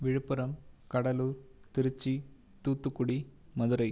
Villupuram Cuddalore Tiruchi Thoothukudi Madurai